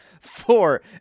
Four